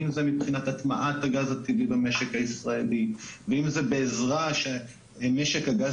אם זה מבחינת הטמעת הגז הטבעי במשק הישראלי ואם זה בעזרה שמשק הגז